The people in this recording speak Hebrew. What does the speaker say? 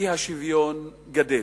והאי-שוויון גדלים.